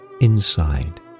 inside